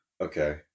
Okay